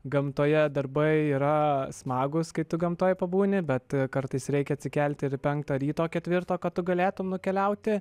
gamtoje darbai yra smagūs kai tu gamtoj pabūni bet kartais reikia atsikelti ir penktą ryto ketvirto kad tu galėtum nukeliauti